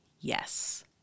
yes